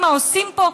מה עושים פה,